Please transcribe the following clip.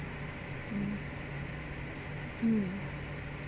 mm mm